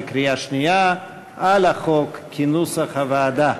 בקריאה שנייה על החוק כנוסח הוועדה.